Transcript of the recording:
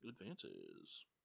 advances